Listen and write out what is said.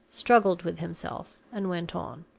struggled with himself, and went on.